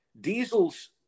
Diesel's